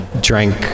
drank